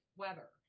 weather